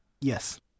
yes